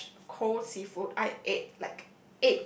fresh cold seafood I ate like